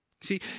See